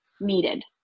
needed